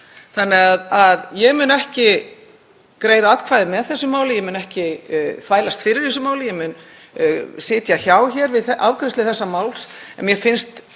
greina. Ég mun ekki greiða atkvæði með þessu máli. Ég mun ekki þvælast fyrir þessu máli. Ég mun sitja hjá við afgreiðslu þessa máls, en mér finnst